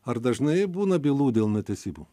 ar dažnai būna bylų dėl netesybų